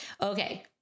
Okay